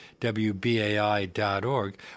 WBAI.org